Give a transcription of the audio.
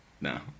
No